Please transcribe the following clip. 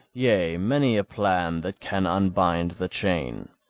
yea, many a plan that can unbind the chain.